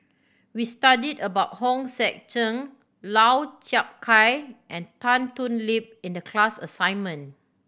we studied about Hong Sek Chern Lau Chiap Khai and Tan Thoon Lip in the class assignment